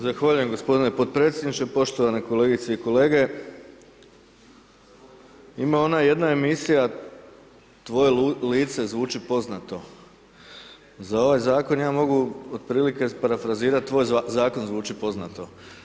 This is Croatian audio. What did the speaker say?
Zahvaljujem gospodine podpredsjedniče, poštovane kolegice i kolege, ima ona jedna emisija „Tvoje lice zvuči poznato“, za ovaj zakon ja mogu otprilike parafrazirati „tvoj zakon zvuči poznato“